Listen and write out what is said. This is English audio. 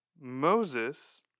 Moses